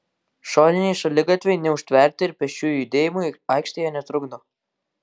šoniniai šaligatviai neužtverti ir pėsčiųjų judėjimui aikštėje netrukdo